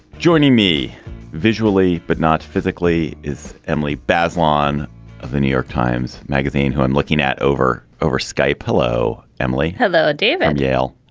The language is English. joining me visually but not physically is emily bazelon of the new york times magazine who i'm looking at over over skype hello emily. hello. yale.